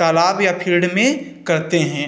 तालाब या फ़ील्ड में करते हैं